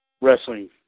wrestling